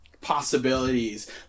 possibilities